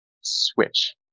switch